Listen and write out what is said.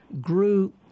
grew